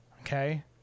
okay